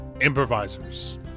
improvisers